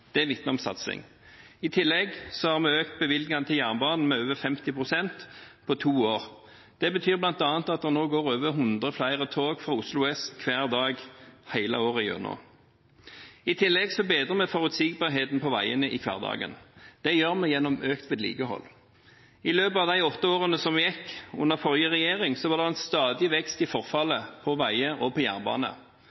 Det vitner om satsing. I tillegg har vi økt bevilgningene til jernbanen med over 50 pst. på to år. Det betyr bl.a. at det nå går over hundre flere tog fra Oslo S hver dag, hele året gjennom. I tillegg bedrer vi forutsigbarheten på veiene i hverdagen. Det gjør vi gjennom økt vedlikehold. I løpet av de åtte årene som gikk under forrige regjering, var det en stadig vekst i forfallet på veier og på jernbane.